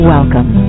Welcome